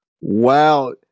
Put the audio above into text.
Wow